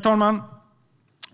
talman!